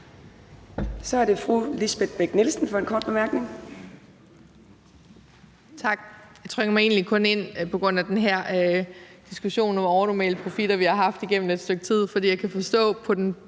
Så er det fru Lisbeth Bech-Nielsen for en kort bemærkning.